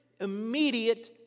immediate